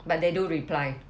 but they do reply